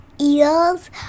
eels